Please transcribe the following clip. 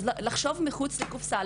אז לחשוב מחוץ לקופסה,